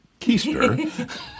keister